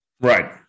Right